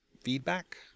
feedback